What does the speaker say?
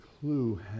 clue